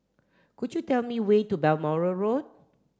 could you tell me way to Balmoral Road